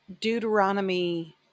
Deuteronomy